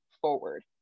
forward